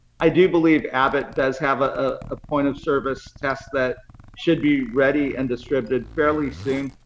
i do believe abbott does have a ah ah point of service test that should be ready and distributed fairly soon.